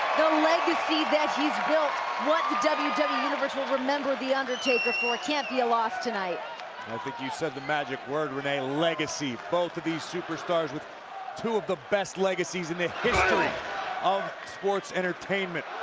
legacy that he's built what the wwe universe will remember the undertaker for can't be a loss tonight. i think you said the magic word renee legacy, both of these superstars with two of the best legacies in the history of sports entertainment.